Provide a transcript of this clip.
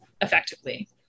effectively